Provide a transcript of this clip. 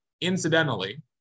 incidentally